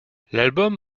l’album